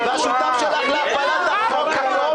האם אתם מקבלים את ההסתייגות שלנו או לא?